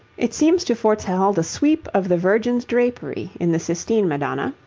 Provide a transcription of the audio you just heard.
it seems to foretell the sweep of the virgin's drapery in the sistine madonna,